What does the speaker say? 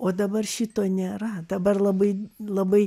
o dabar šito nėra dabar labai labai